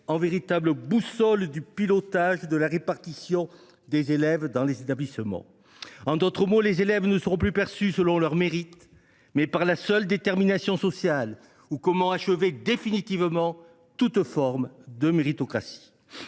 de véritable boussole du pilotage de la répartition des élèves dans les établissements. En d’autres mots, les élèves ne seront plus perçus selon leur mérite, mais selon la seule détermination sociale. Voilà comment achever définitivement toute forme de méritocratie.